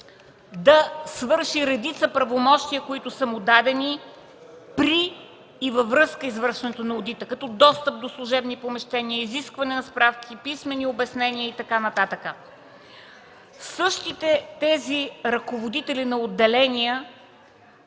да свърши редица правомощия, които са му дадени при и във връзка с извършването на одита – като достъп до служебни помещения, изискване на справки, писмени обяснения и така нататък. Същите тези ръководители на отделения